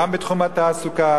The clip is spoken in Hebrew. גם בתחום התעסוקה,